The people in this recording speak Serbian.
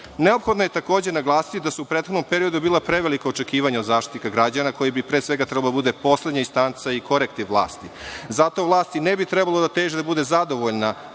obaveza. Neophodno je takođe naglasiti da su u prethodnom periodu bila prevelika očekivanja od Zaštitnika građana koji bi pre svega trebalo da bude poslednja istanca i korektiv vlasti. Zato vlast i ne bi trebalo da teži da bude zadovoljna